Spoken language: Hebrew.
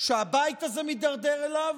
שהבית הזה מידרדר אליו,